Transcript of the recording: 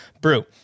brew